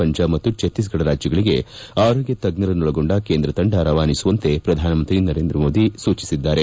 ಪಂಜಾಬ್ ಮತ್ತು ಛತ್ತೀಸ್ಗಢ ರಾಜ್ಲಗಳಿಗೆ ಆರೋಗ್ಲ ತಜ್ಞರನ್ನೊಳಗೊಂಡ ಕೇಂದ್ರ ತಂಡ ರವಾನಿಸುವಂತೆ ಪ್ರಧಾನಮಂತ್ರಿ ಈಗಾಗಲೇ ಸೂಚನೆ ನೀಡಿದ್ದಾರೆ